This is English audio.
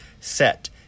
set